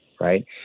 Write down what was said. right